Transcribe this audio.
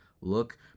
look